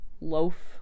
loaf